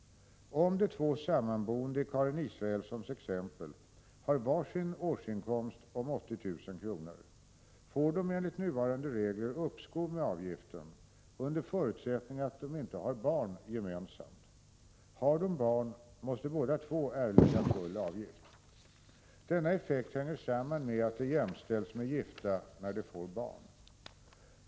Om de två sammanboende i Karin Israelssons exempel har var sin årsinkomst om 80 000 kr. får de enligt nuvarande regler uppskov med avgiften under förutsättning av att de inte har barn gemensamt. Har de barn måste båda två erlägga full avgift. Denna effekt hänger samman med att de jämställs med gifta när de får barn.